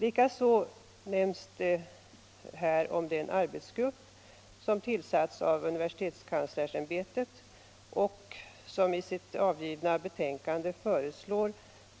Likaså nämns här den arbetsgrupp som tillsattes av universitetskanslersämbetet och som i sitt avgivna betänkande föreslår